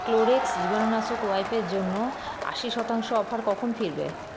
Clorox জীবাণুনাশক ওয়াইপের জন্য আশি শতাংশ অফার কখন ফিরবে